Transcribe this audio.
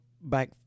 back